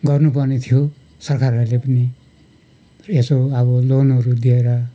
गर्नुपर्ने थियो सरकारहरूले पनि यसो अब लोनहरू दिएर